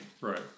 Right